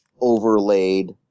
overlaid